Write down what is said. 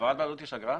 בהעברת בעלות יש אגרה?